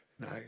No